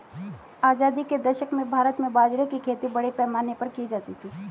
आजादी के दशक में भारत में बाजरे की खेती बड़े पैमाने पर की जाती थी